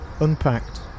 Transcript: unpacked